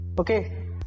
Okay